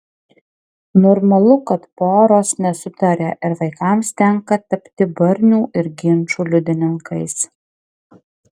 normalu kad poros nesutaria ir vaikams tenka tapti barnių ir ginčų liudininkais